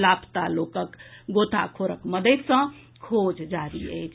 लापता लोकक गोताखोरक मददि सँ खोज जारी अछि